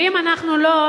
ואם אנחנו לא,